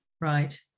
Right